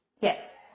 Yes